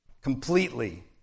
completely